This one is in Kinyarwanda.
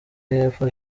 yepfo